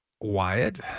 Wyatt